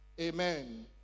Amen